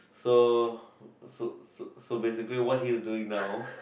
so so so so basically what he's doing now